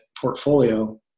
portfolio